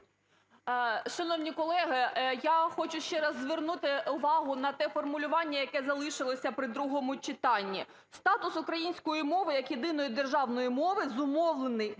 Шановні колеги, я хочу ще раз звернути увагу на те формулювання, яке залишилося при другому читанні: "Статус української мови як єдиної державної мови зумовлений